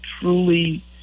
truly